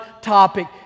topic